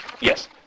Yes